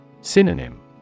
Synonym